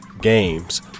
games